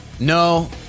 No